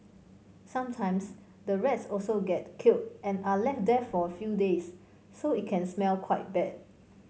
sometimes the rats also get killed and are left there for a few days so it can smell quite bad